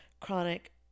chronic